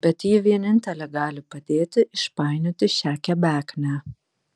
bet ji vienintelė gali padėti išpainioti šią kebeknę